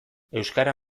euskara